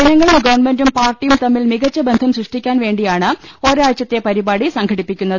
ജനങ്ങളും ഗവൺമെന്റും പാർട്ടിയും തമ്മിൽ മികച്ച ബന്ധം സൃഷ്ടിക്കാൻവേണ്ടിയാണ് ഒരാഴ്ചത്തെ പരിപാടി സംഘടിപ്പിക്കുന്നത്